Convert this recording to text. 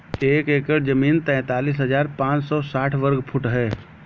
एक एकड़ जमीन तैंतालीस हजार पांच सौ साठ वर्ग फुट है